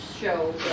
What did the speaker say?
show